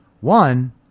one